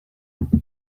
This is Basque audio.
duzu